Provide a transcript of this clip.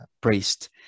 priest